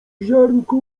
ziarnko